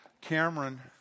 Cameron